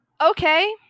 okay